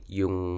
yung